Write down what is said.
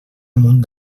amunt